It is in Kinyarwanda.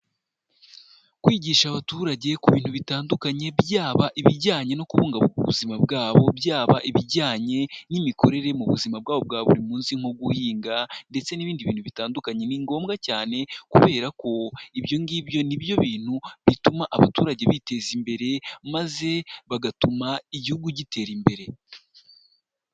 Kwigisha abaturage ku bintu bitandukanye byaba ibijyanye no kubungabunga ubuzima bwabo, byaba ibijyanye n'imikorere mu buzima bwabo bwa buri munsi nko guhinga ndetse n'ibindi bintu bitandukanye, ni ngombwa cyane kubera ko ibyo ngibyo nibyo bintu bituma abaturage biteza imbere maze bagatuma igihugu gitera imbere.